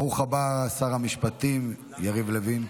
ברוך הבא, שר המשפטים יריב לוין.